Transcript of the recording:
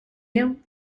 you